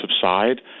subside